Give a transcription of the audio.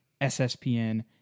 SSPN